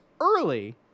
early